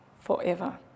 forever